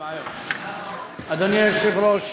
אדוני היושב-ראש,